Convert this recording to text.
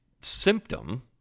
symptom